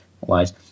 wise